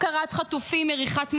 הפקרת חטופים, מריחת מלחמה,